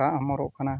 ᱨᱟᱜ ᱦᱚᱢᱚᱨᱚᱜ ᱠᱟᱱᱟ